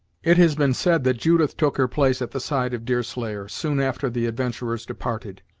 it has been said that judith took her place at the side of deerslayer, soon after the adventurers departed.